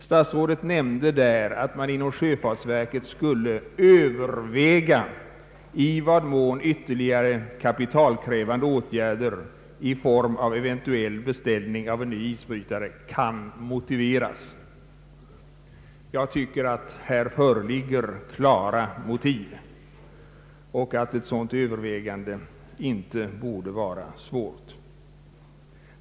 Statsrådet nämnde nämligen där att man inom sjöfartsverket skulle överväga ”i vad mån ytterligare kapitalkrävande åtgärder i form av eventuell beställning av en ny statsisbrytare kan motiveras”. Såvitt jag förstår föreligger här klara motiv, varför ett sådant övervägande inte borde vara svårt.